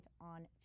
on